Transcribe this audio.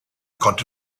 konnte